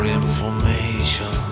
information